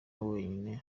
wenyine